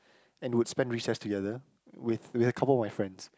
and would spend recess together with with a couple of my friends